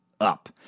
up